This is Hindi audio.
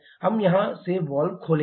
हम यहां से वाल्व खोलेंगे